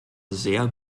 sehr